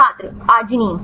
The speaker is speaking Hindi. छात्र आर्गिनिन